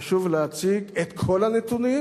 חשוב להציג את כל הנתונים,